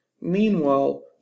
Meanwhile